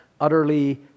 utterly